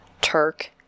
Turk